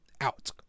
out